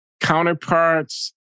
counterparts